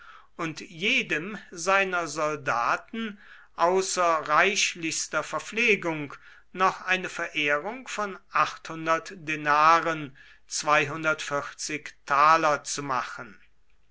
und jedem seiner soldaten außer reichlichster verpflegung noch eine verehrung von denaren zu machen